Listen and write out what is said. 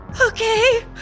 okay